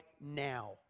now